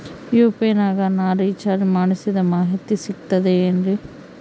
UPI ನಾಗ ನಾ recharge ಮಾಡಿಸಿದ ಮಾಹಿತಿ ಸಿಕ್ತದೆ ಏನ್ರಿ?